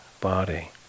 body